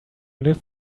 live